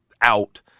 out